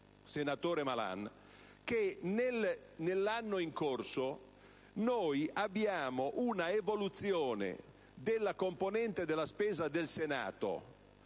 senatore Malan, che nell'anno in corso noi abbiamo un'evoluzione della componente della spesa del Senato